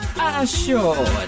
assured